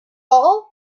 all